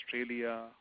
Australia